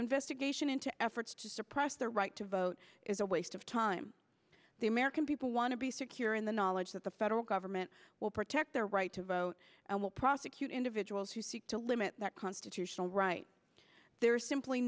investigation into efforts to suppress the right to vote is a waste of time the american people want to be secure in the knowledge that the federal government will protect their right to vote and will prosecute individuals who seek to limit that constitutional right there's simply